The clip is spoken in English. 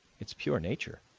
it's pure nature.